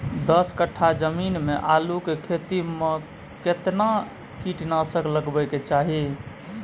दस कट्ठा जमीन में आलू के खेती म केतना कीट नासक लगबै के चाही?